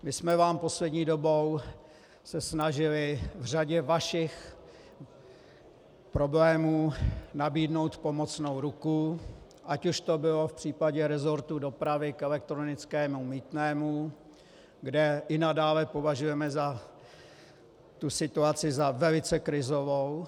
My jsme se vám poslední dobou snažili v řadě vašich problémů nabídnout pomocnou ruku, ať už to bylo v případě resortu dopravy k elektronickému mýtnému, kde i nadále považujeme tu situaci za velice krizovou.